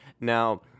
Now